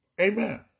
Amen